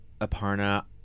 Aparna